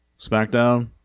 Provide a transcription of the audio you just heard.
SmackDown